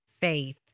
faith